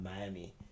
Miami